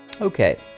Okay